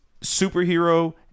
superhero